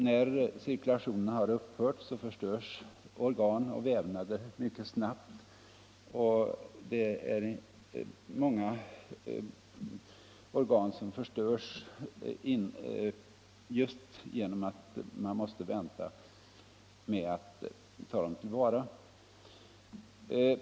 När cirkulationen upphört förstörs organ och vävnader mycket snabbt, och det är många organ som förstörs just genom att man inte hinner ta dem till vara i tid.